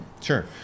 Sure